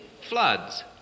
floods